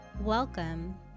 Welcome